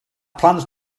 plans